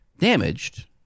damaged